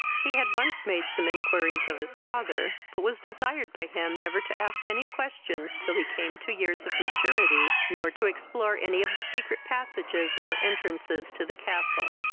he had once made some inquiries of his father, but was desired by him never to ask any questions till he came to years of maturity, nor to explore any of the secret passages or entrances to the castle.